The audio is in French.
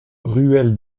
ruelle